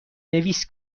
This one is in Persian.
نویس